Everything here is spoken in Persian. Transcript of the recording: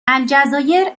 الجزایر